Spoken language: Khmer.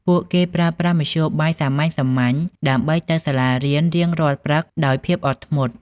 ពួកគេត្រូវប្រើប្រាស់មធ្យោបាយសាមញ្ញៗដើម្បីទៅសាលារៀនរៀងរាល់ព្រឹកដោយភាពអត់ធ្មត់។